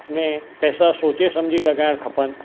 में पैसा सोचे सम्झी लॻाइणु खपनि